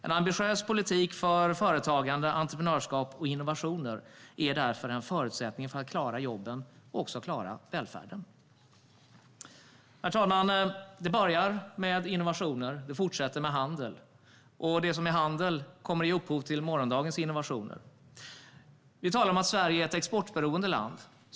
En ambitiös politik för företagande, entreprenörskap och innovationer är därför en förutsättning för att klara jobben och välfärden. Herr talman! Det börjar med innovationer och fortsätter med handel. Och det som är handel kommer att ge upphov till morgondagens innovationer. Vi säger att Sverige är ett exportberoende land.